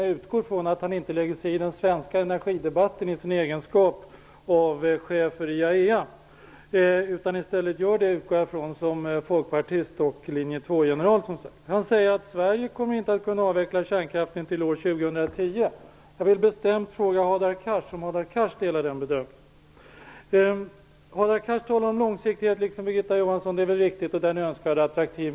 Jag utgår från att han inte lägger sig i den svenska energidebatten i sin egenskap av chef för IAEA utan som folkpartist och linje-2-general. Han säger att Sverige inte kommer att kunna avveckla kärnkraften till år 2010. Jag vill bestämt fråga Hadar Cars om han delar den bedömningen. Hadar Cars talar liksom Birgitta Johansson om långsiktighet. Det är riktigt att den är önskvärd och attraktiv.